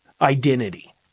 identity